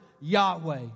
Yahweh